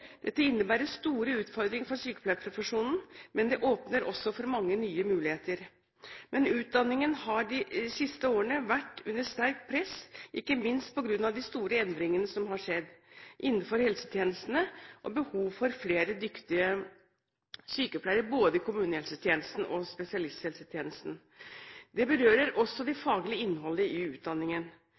Dette innebærer store utfordringer for sykepleierprofesjonen, men det åpner også for mange nye muligheter. Utdanningen har de siste årene vært under sterkt press, ikke minst på grunn av de store endringene som har skjedd innenfor helsetjenestene, og behov for flere dyktige sykepleiere i både kommunehelsetjenesten og spesialisthelsetjenesten. Det berører også det faglige innholdet i utdanningen.